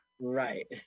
Right